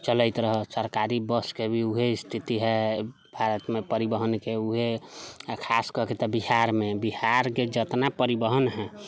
चलैत रहऽ सरकारी बसके भी ओहे स्थिति हइ भारतमे परिवहनके ओहे आ खास कऽके तऽ बिहारमे बिहारके जेतना परिवहन हइ